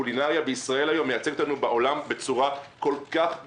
הקולינריה בישראל מייצגת אותנו בעולם בצורה כל כך גדולה,